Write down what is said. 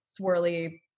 swirly